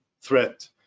threat